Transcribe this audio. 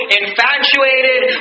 infatuated